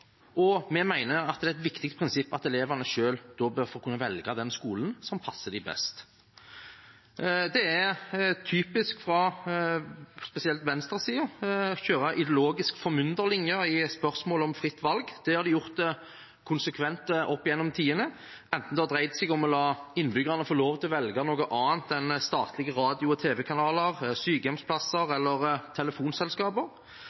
og organisering. Vi mener det er et viktig prinsipp at elevene selv bør kunne få velge den skolen som passer dem best. Det er typisk fra spesielt venstresiden å kjøre ideologisk formynderi i spørsmålet om fritt valg, det har de gjort konsekvent opp gjennom tidene, enten det har dreid seg om å la innbyggerne få lov til å velge noe annet enn statlige radio- og tv-kanaler, sykehjemsplasser